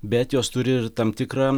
bet jos turi ir tam tikrą